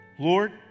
Lord